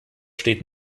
steht